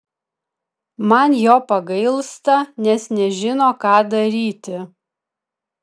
man jo pagailsta nes nežino ką daryti